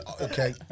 Okay